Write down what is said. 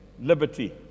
Liberty